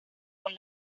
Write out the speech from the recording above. con